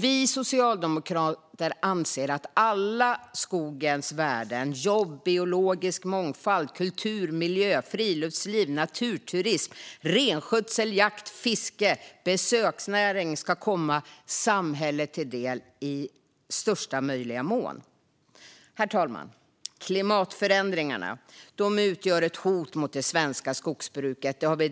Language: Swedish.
Vi socialdemokrater anser att alla skogens värden - jobb, biologisk mångfald, kulturmiljö, friluftsliv, naturturism, renskötsel, jakt, fiske och besöksnäring - ska komma samhället till del i största möjliga mån. Herr talman! Klimatförändringarna utgör ett hot mot det svenska skogsbruket och